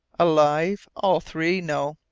alive all three? no!